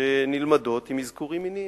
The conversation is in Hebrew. שנלמדות עם אזכורים מיניים,